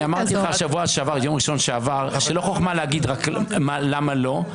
אמרתי לך ביום ראשון שעבר שלא חוכמה רק להגיד למה לא,